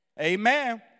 Amen